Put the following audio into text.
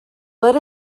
let